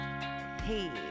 Hey